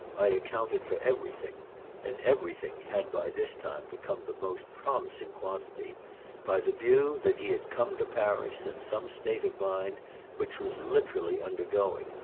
i accounted for everything and everything had by this time become the most promising quantity by the view that he had come to paris in some state of mind which was literally undergoing,